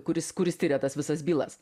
kuris kuris tiria tas visas bylas